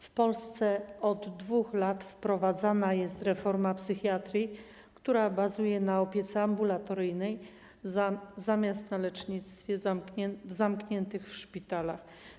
W Polsce od 2 lat wprowadzana jest reforma psychiatrii, która bazuje na opiece ambulatoryjnej zamiast na lecznictwie w zamkniętych szpitalach.